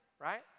right